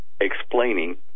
Explaining